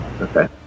okay